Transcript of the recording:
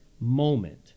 moment